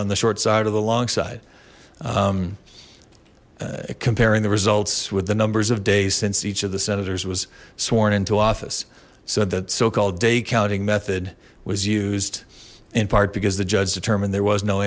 on the short side of the long side comparing the results with the numbers of days since each of the senators was sworn into office said that so called a counting method was used in part because the judge determined there was no